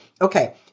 Okay